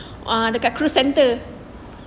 dekat cruise centre